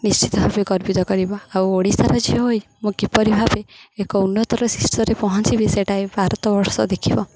ନିଶ୍ଚିତ ଭାବେ ଗର୍ବିତ କରିବ ଆଉ ଓଡ଼ିଶାର ଝିଅ ହୋଇ ମୁଁ କିପରି ଭାବେ ଏକ ଉନ୍ନତର ଶୀର୍ଷରେ ପହଞ୍ଚିବି ସେଇଟା ଏଇ ଭାରତ ବର୍ଷ ଦେଖିବ